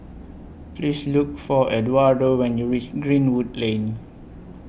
Please Look For Eduardo when YOU REACH Greenwood Lane